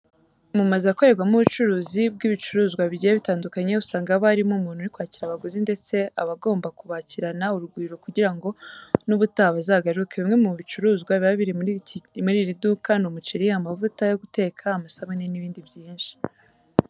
Mu mazu akorerwamo ubucuruzi bw'ibicuruzwa bigiye bitandukanye, usanga haba harimo umuntu uri kwakira abaguzi ndetse aba agomba kubakirana urugwiro kugira ngo n'ubutaha bazagaruke. Bimwe mu bicuruzwa biba biri muri iri duka ni umuceri, amavuta yo guteka, amasabune n'ibindi byinshi.